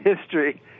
history